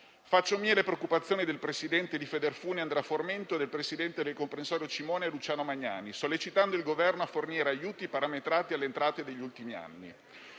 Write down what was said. Faccio mie le preoccupazioni del presidente di Federfuni, Andrea Formento, e del presidente del comprensorio di Cimone, Luciano Magnani, sollecitando il Governo a fornire aiuti parametrati alle entrate degli ultimi anni.